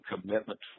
commitment